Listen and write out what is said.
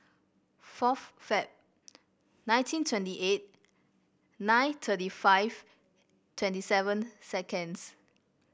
fourth Feb nineteen twenty eight nine thirty five twenty seven seconds